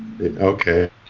Okay